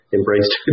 embraced